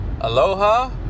Aloha